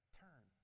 turn